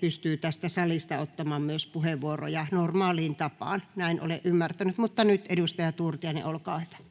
pystyy myös tästä salista ottamaan puheenvuoroja normaaliin tapaan, näin olen ymmärtänyt. — Nyt edustaja Turtiainen, olkaa hyvä.